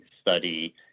study